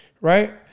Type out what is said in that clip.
Right